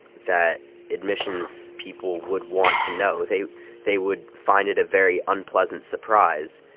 that admissions people would want to know. they they would find it a very unpleasant surprise.